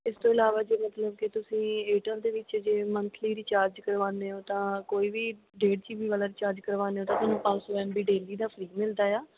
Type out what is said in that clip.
ਇਸ ਤੋਂ ਇਲਾਵਾ ਜਿਵੇਂ ਕਿਉਂਕਿ ਤੁਸੀਂ ਏਅਰਟੈਲ ਦੇ ਵਿੱਚ ਜੇ ਮੰਥਲੀ ਰਿਚਾਰਜ ਕਰਵਾਉਂਦੇ ਹੋ ਤਾਂ ਕੋਈ ਵੀ ਡੇਢ ਜੀ ਬੀ ਵਾਲਾ ਰਿਚਾਰਜ ਕਰਵਾਉਂਦੇ ਹੋ ਤਾਂ ਤੁਹਾਨੂੰ ਪੰਜ ਸੌ ਐਮ ਬੀ ਡੇਲੀ ਦਾ ਫਰੀ ਮਿਲਦਾ ਆ